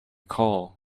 call